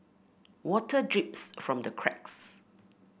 water drips from the cracks